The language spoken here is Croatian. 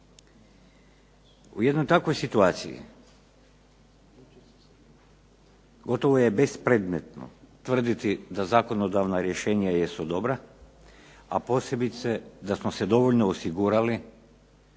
U jednoj takvoj situaciji gotovo je bespredmetno tvrditi da zakonodavna rješenja jesu dobra, a posebice da smo se dovoljno osigurali